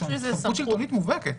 זאת סמכות שלטונית מובהקת.